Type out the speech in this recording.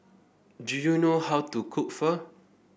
do you know how to cook Pho